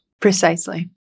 Precisely